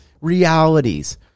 realities